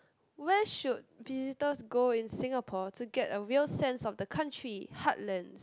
where should visitors go in Singapore to get a real sense of the country heartlands